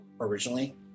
originally